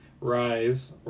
rise